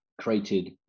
created